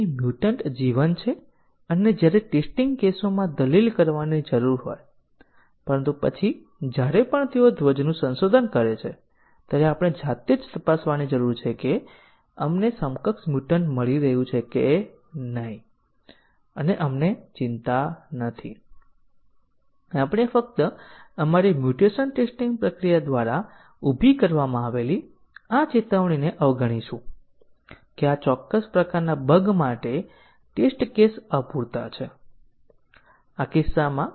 flow graph control flow graph પર path વ્યાખ્યાયિત નથી પરંતુ અહીં આપણે ડેટા કેવી રીતે વહે છે અથવા ડેટાની વ્યાખ્યાઓ અને ઉપયોગો ક્યાં થાય છે તેના આધારે જોયું અને તેના આધારે આપણે પાથને વ્યાખ્યાયિત કર્યો